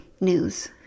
news